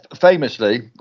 famously